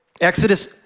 Exodus